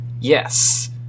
Yes